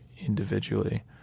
individually